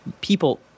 people